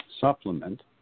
supplement